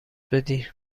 بدی